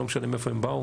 לא משנה מאיפה הם באו,